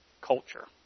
culture